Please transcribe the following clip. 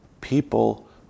people